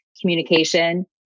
communication